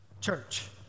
church